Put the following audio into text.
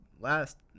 last